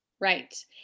Right